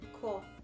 Cool